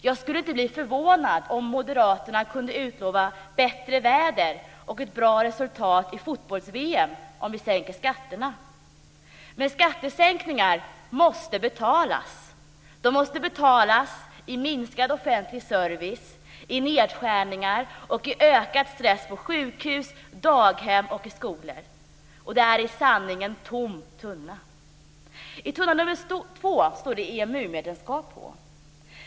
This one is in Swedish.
Jag skulle inte bli förvånad om moderaterna kunde utlova bättre väder och ett bra resultat i fotbolls-VM om skatterna sänks. Men skattesänkningar måste betalas i minskad offentlig service, i nedskärningar och i ökad stress på sjukhus, på daghem och i skolor. Det är i sanning en tom tunna. På tunna nr 2 står det "EMU-medlemskap".